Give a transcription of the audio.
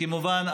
כמובן,